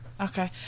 Okay